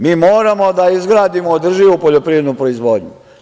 Mi moramo da izgradimo održivu poljoprivrednu proizvodnju.